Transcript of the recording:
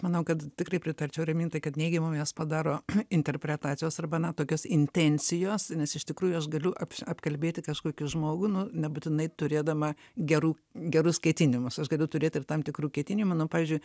manau kad tikrai pritarčiau ramintai kad neigiamom jas padaro interpretacijos arba na tokios intencijos nes iš tikrųjų aš galiu apš apkalbėti kažkokį žmogų nu nebūtinai turėdama gerų gerus ketinimus aš galiu turėti ir tam tikrų ketinimų nu pavyzdžiui